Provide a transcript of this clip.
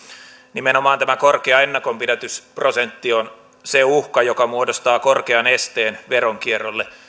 nimenomaan tämä korkea ennakonpidätysprosentti on se uhka joka muodostaa korkean esteen veronkierrolle